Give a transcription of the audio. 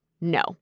no